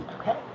Okay